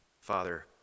Father